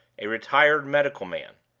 a retired medical man.